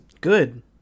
Good